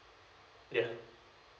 ya